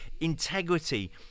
integrity